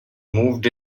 moved